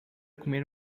comer